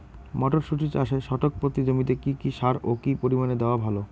মটরশুটি চাষে শতক প্রতি জমিতে কী কী সার ও কী পরিমাণে দেওয়া ভালো?